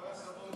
סעיף 1 נתקבל.